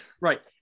Right